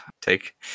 take